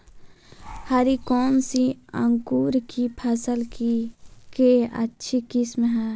हरी कौन सी अंकुर की फसल के अच्छी किस्म है?